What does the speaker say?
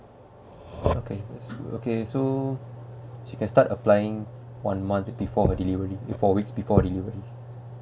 okay okay so she can start applying one month before uh delivery the four weeks before the delivery